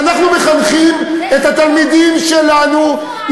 אנחנו מחנכים את התלמידים שלנו, זה מסוכן.